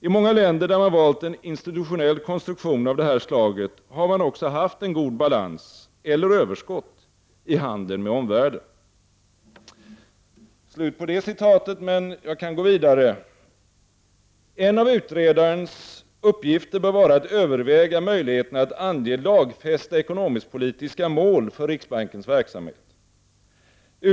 I många länder där man valt en institutionell konstruktion av det här slaget har man också haft en god balans eller överskott i handeln med omvärlden.” ”En av utredarens uppgifter bör vara att överväga möjligheterna att ange lagfästa ekonomisk-politiska mål för riksbankens verksamhet ———.